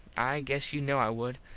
i guess you kno i would.